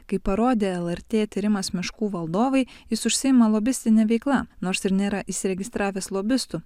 kaip parodė lrt tyrimas miškų valdovai jis užsiima lobistine veikla nors ir nėra įsiregistravęs lobistu